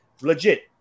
legit